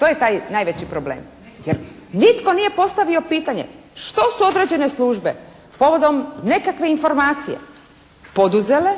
to je taj najveći problem. Jer nitko nije postavio pitanje što su određene službe povodom nekakve informacije poduzele